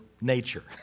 nature